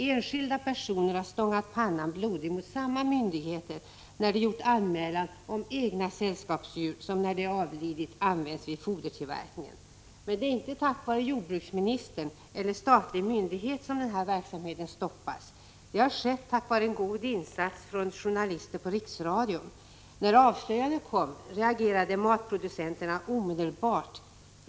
Enskilda personer har stångat pannan blodig mot samma myndigheter när de gjort anmälan om att deras egna sällskapsdjur som avlidit använts vid fodertillverkningen. Men det är inte tack vare jordbruksministern eller någon statlig myndighet som den här verksamheten stoppas. Det har skett tack vare en god insats från journalister på Riksradion. När avslöjandet kom, reagerade matproducenterna omedelbart.